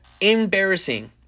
embarrassing